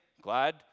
glad